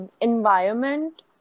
environment